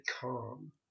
Calm